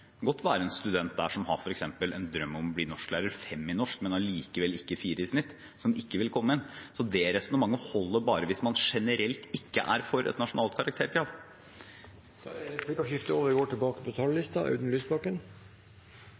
godt være en student der som f.eks. har en drøm om å bli norsklærer, som har 5 i norsk, men allikevel ikke 4 i snitt, som ikke vil komme inn. Så det resonnementet holder bare hvis man generelt ikke er for et nasjonalt karakterkrav. Replikkordskiftet er over.